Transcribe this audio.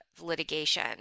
litigation